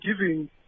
giving